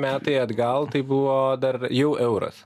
metai atgal tai buvo dar jau euras